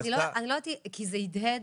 זה הדהד